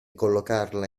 collocarla